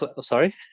Sorry